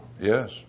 Yes